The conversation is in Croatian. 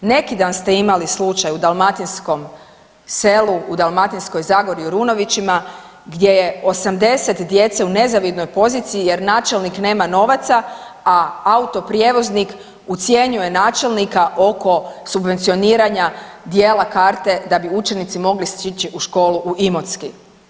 Neki dan ste imali slučaj u dalmatinskom selu, u Dalmatinskoj zagori u Runovićima gdje je 80 djece u nezavidnoj poziciji jer načelnik nema novaca, a autoprijevoznik ucjenjuje načelnika oko subvencioniranja djela karte da bi učenici mogli stići u školu u Imotski.